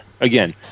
again